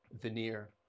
veneer